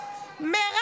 , מי צועק עליך?